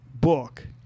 book